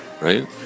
right